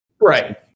Right